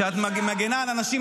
שאת מגינה על האנשים.